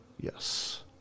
Yes